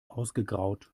ausgegraut